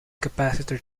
capacitor